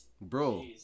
Bro